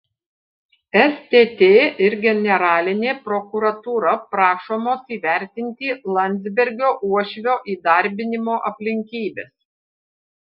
stt ir generalinė prokuratūra prašomos įvertinti landsbergio uošvio įdarbinimo aplinkybes